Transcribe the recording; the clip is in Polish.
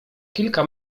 kilka